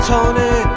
Tony